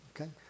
Okay